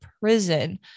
prison